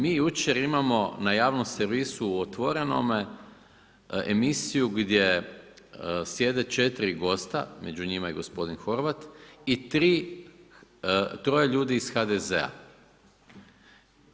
Mi jučer imamo na javnom servisu u Otvorenome emisiju gdje sjede 4 gosta, među njima i gospodin Horvat i troje ljudi iz HDZ-a.